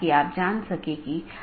यह महत्वपूर्ण है